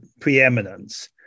preeminence